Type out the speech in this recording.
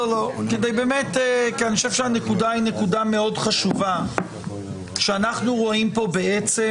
אני חושב שזו נקודה חשובה, אנחנו רואים בעצם